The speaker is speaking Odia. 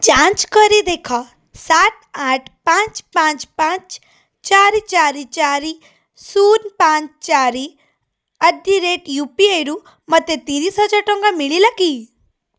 ଯାଞ୍ଚ କରି ଦେଖ ସାତ ଆଠ ପାଞ୍ଚ ପାଞ୍ଚ ପାଞ୍ଚ ଚାରି ଚାରି ଚାରି ଶୂନ ପାଞ୍ଚ ଚାରି ଆଟ୍ ଦି ରେଟ୍ ୟୁପିଆଇରୁ ମୋତେ ତିରିଶ ହଜାର ଟଙ୍କା ମିଳିଲା କି